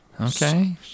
Okay